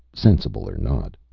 sensible or not.